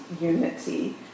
unity